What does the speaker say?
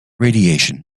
radiation